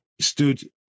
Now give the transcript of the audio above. stood